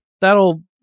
that'll